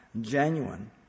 genuine